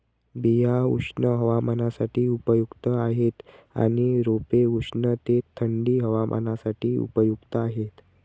बिया उष्ण हवामानासाठी उपयुक्त आहेत आणि रोपे उष्ण ते थंडी हवामानासाठी उपयुक्त आहेत